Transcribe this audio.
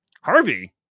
Harvey